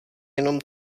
jenom